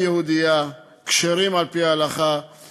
הלאה בתקופות של המתייוונים,